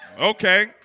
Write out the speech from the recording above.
Okay